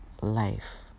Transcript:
life